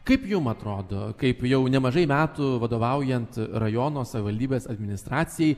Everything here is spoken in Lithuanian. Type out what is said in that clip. kaip jum atrodo kaip jau nemažai metų vadovaujant rajono savivaldybės administracijai